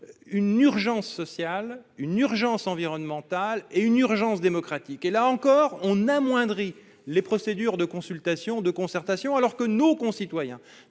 une urgence sociale, une urgence environnementale et une urgence démocratique. Là encore, on amoindrit les procédures de consultation et de concertation, alors que nos concitoyens